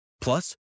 Plus